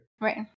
Right